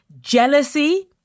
jealousy